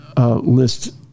list